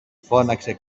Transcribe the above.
φώναξε